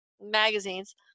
magazines